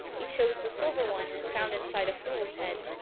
he chose the silver one, and found inside a fool's head.